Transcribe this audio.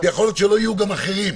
יכול שלא יהיו גם אחרים,